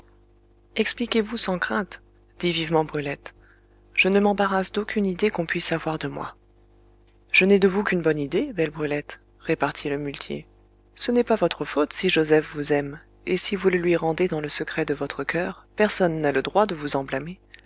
expliquez-vous sans crainte dit vivement brulette je ne m'embarrasse d'aucune idée qu'on puisse avoir de moi je n'ai de vous qu'une bonne idée belle brulette répartit le muletier ce n'est pas votre faute si joseph vous aime et si vous le lui rendez dans le secret de votre coeur personne n'a le droit de vous